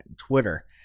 Twitter